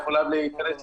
היא יכולה להתלונן,